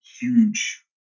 huge